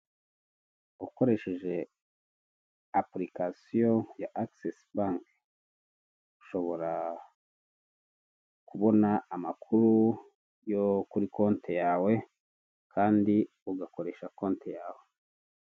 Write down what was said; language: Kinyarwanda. Ukoresheje apulikasiyo ya agisesi banke, ushobora kubona amakuru yo kuri konte yawe kandi ugakoresha konte yawe.